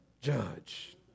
judge